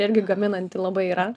irgi gaminanti labai yra